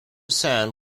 sound